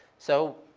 so